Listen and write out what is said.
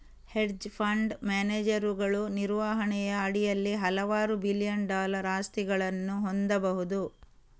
hedge fund ಮ್ಯಾನೇಜರುಗಳು ನಿರ್ವಹಣೆಯ ಅಡಿಯಲ್ಲಿ ಹಲವಾರು ಬಿಲಿಯನ್ ಡಾಲರ್ ಆಸ್ತಿಗಳನ್ನು ಹೊಂದಬಹುದು